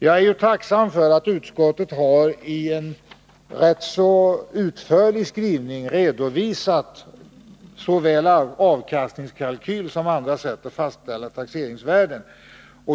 Jag är tacksam för att utskottet i en rätt så utförlig skrivning har redovisat såväl avkastningskalkyl som andra sätt att fastställa taxeringsvärde.